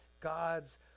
God's